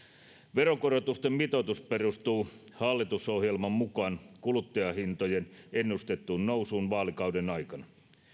veronkorotusten mitoitus perustuu hallitusohjelman mukaan kuluttajahintojen ennustettuun nousuun vaalikauden aikana